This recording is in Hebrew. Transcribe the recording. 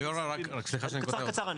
גיורא, סליחה שאני קוטע אותך.